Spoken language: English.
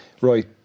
right